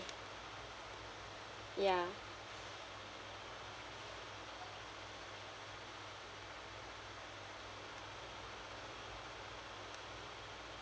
ya